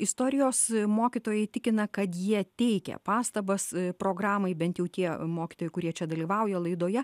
istorijos mokytojai tikina kad jie teikia pastabas programai bent jau tie mokytojai kurie čia dalyvauja laidoje